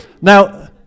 Now